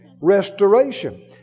Restoration